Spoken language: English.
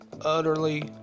utterly